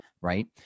right